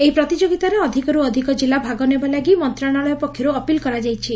ଏହି ପ୍ରତିଯୋଗିତାରେ ଅଧିକରୁ ଅଧିକ ଜିଲ୍ଲା ଭାଗ ନେବା ଲାଗି ମନ୍ତ୍ରଶାଳୟ ପକ୍ଷର୍ ଅପିଲ କରାଯାଇଛି